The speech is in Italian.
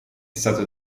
stato